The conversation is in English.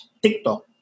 TikTok